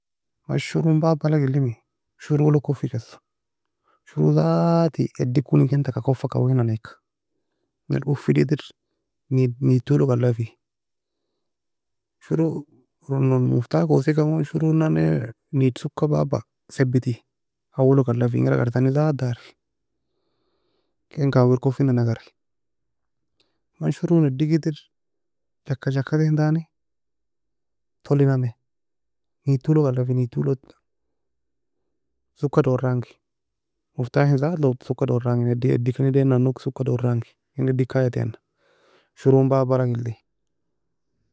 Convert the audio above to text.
Man shurow bab'alag elemi, shurow log koffi kasu, shrow zati edie kony ken taka koffa kawaenan eka, man oufil edir neid neid toe log allafi, shrow eron non muftaka oseken gon shurow nannae neid souka babba sebitin, awoe log alla fe engir agr tany zat dari, ken kawir kofinan agari, man shuorwn ediga edier jaka jakaten tani tollinamie, neid toe log alafi, neid toe log to- soka dorrangi, mftahin zalog soka dorangi, edi edi ken edain nan log soka dorrangi, in ediga kaya taena, shurown babb'alagilli.